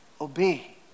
obey